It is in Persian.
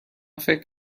فکر